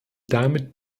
damit